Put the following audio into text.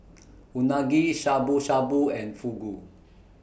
Unagi Shabu Shabu and Fugu